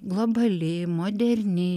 globali moderni